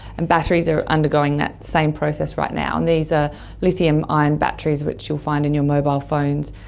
and batteries are undergoing that same process right now, and these are lithium ion batteries which you will find in your mobile phones,